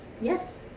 Yes